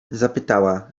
zapytała